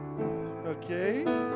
Okay